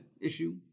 issue